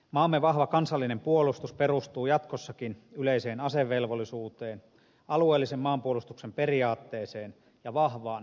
maamme vahva kansallinen puolustus perustuu jatkossakin yleiseen asevelvollisuuteen alueellisen maanpuolustuksen periaatteeseen ja vahvaan maanpuolustustahtoon